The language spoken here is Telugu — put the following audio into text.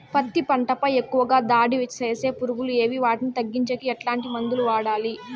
పత్తి పంట పై ఎక్కువగా దాడి సేసే పులుగులు ఏవి వాటిని తగ్గించేకి ఎట్లాంటి మందులు వాడాలి?